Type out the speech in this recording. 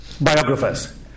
biographers